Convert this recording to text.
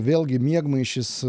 vėlgi miegmaišis